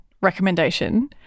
recommendation